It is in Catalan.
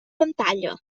pantalla